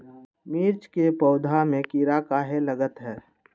मिर्च के पौधा में किरा कहे लगतहै?